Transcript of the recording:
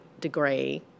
degree